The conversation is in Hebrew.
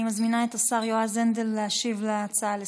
אני מזמינה את השר יועז הנדל להשיב על ההצעה לסדר-היום,